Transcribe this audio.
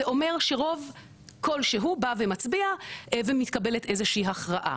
זה אומר שרוב כלשהו בא ומצביע ומתקבלת איזושהי הכרעה.